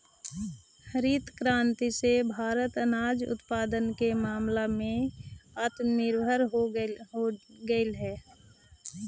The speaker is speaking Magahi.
हरित क्रांति से भारत अनाज उत्पादन के मामला में आत्मनिर्भर हो गेलइ हे